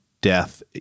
death